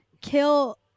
kill